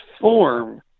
form